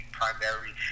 primary